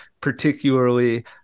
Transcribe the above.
particularly